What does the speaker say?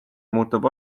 muutub